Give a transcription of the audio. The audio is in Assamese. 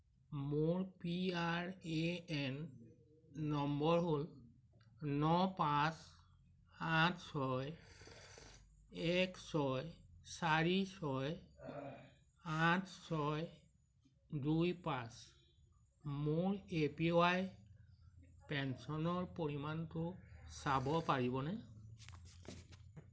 মোৰ P R A N number হ'ল ন পাঁচ আঠ ছয় এক ছয় চাৰি ছয় আঠ ছয় দুই পাঁচ মোৰ এ পি ৱাই পেঞ্চনৰ পৰিমাণটো চাব পাৰিবনে